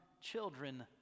children